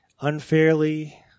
unfairly